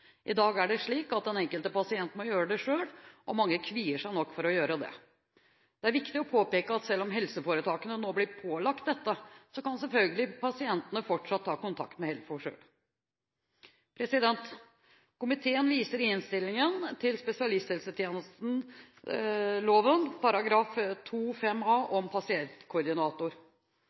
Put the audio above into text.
I dag er det slik at den enkelte pasient må gjøre det selv, og mange kvier seg nok for å gjøre det. Det er viktig å påpeke at selv om helseforetakene nå blir pålagt dette, kan pasientene selvfølgelig fortsatt selv ta kontakt med HELFO. Komiteen viser i innstillingen til spesialisthelsetjenesteloven § 2-5 a om pasientkoordinator.